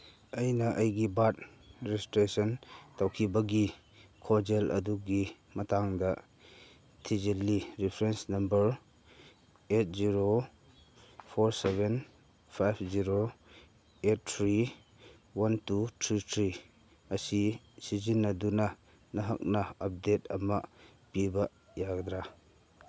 ꯑꯩꯅ ꯑꯩꯒꯤ birth registration ꯇꯧꯈꯤꯕꯒꯤ ꯈꯣꯟꯖꯦꯜ ꯑꯗꯨꯒꯤ ꯃꯇꯥꯡꯗ ꯊꯤꯖꯤꯜꯂꯤ reference number eight zero four seven five zero eight three one two three three ꯑꯁꯤ ꯁꯤꯖꯤꯟꯅꯗꯨꯅ ꯅꯍꯥꯛꯅ ꯑꯞꯗꯦꯠ ꯑꯃ ꯄꯤꯕ ꯌꯥꯒꯗ꯭ꯔꯥ